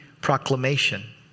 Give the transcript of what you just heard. proclamation